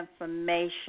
information